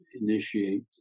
initiate